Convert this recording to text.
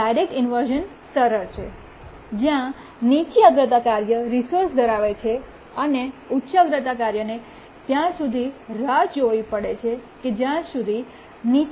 direct inversion સરળ છે જ્યાં નીચી અગ્રતા કાર્ય રિસોર્સ ધરાવે છે અને ઉચ્ચ અગ્રતા કાર્યને ત્યાં સુધી રાહ જોવી પડે છે કે જ્યાં સુધી નીચા પ્રાધાન્યતા કાર્ય રિસોર્સને રિલીસ ન કરે